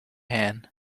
hand